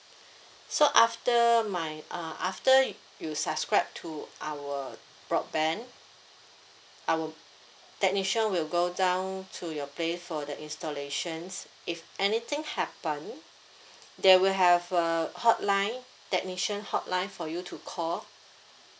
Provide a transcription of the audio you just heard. so after my uh after you subscribed to our broadband our technician will go down to your place for the installations if anything happened there will have a hotline technician hotline for you to call